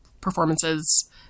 performances